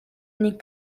ning